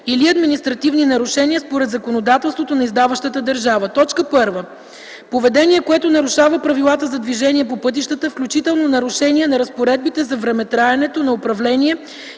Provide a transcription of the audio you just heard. или административни нарушения според законодателството на издаващата държава: 1. поведение, което нарушава правилата за движение по пътищата, включително нарушения на разпоредбите за времетраенето на управление